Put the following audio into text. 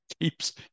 keeps